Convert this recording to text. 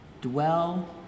Dwell